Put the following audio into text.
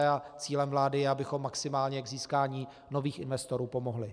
A cílem vlády je, abychom maximálně k získání nových investorů pomohli.